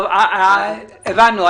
טוב, הבנו.